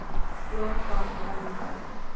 Loan form ఎలా నింపాలి?